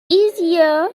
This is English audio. easier